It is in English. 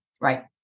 Right